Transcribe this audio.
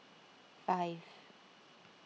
five